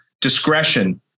discretion